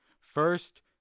First